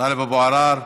טלב אבו עראר,